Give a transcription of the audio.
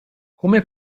come